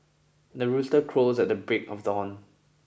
the rooster crows at the break of dawn